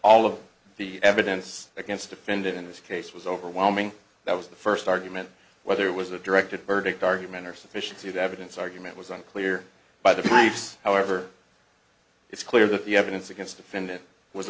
all of the evidence against defendant in this case was overwhelming that was the first argument whether it was a directed verdict argument or sufficiency of evidence argument was unclear by the pipes however it's clear that the evidence against defendant was